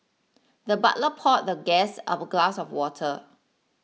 the butler poured the guest a glass of water